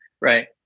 right